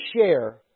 share